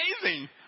amazing